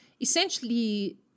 essentially